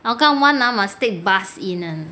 hougang [one] ah must take bus in ah